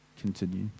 continue